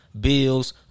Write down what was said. bills